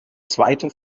zweite